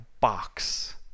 box